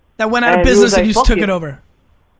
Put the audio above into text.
that went out of business and you just took it over.